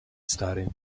stary